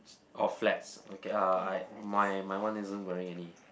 orh flats okay uh I my my one isn't wearing any